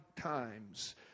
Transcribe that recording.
times